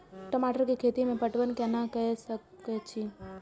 टमाटर कै खैती में पटवन कैना क सके छी?